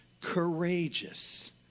courageous